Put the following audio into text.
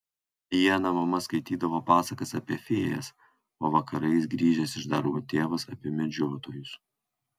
dieną mama skaitydavo pasakas apie fėjas o vakarais grįžęs iš darbo tėvas apie medžiotojus